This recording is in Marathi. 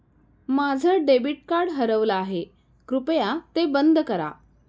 माझं डेबिट कार्ड हरवलं आहे, कृपया ते बंद करा